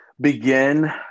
begin